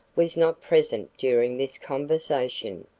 was not present during this conversation.